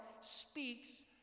speaks